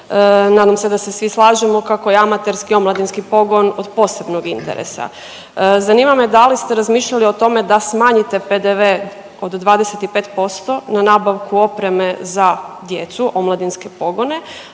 nadam se da se svi slažemo kako je amaterski omladinski pogon od posebnog interesa. Zanima me da li ste razmišljali o tome da smanjite PDV od 25% na nabavku opreme za djecu omladinske pogone?